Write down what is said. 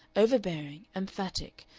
overbearing, emphatic,